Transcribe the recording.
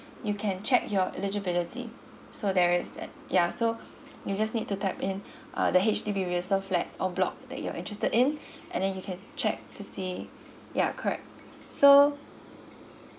you can check your eligibility so there is that ya so you just need to type in uh the H_D_B flat or block that you're interested in and then you can check to see ya correct so